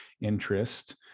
interest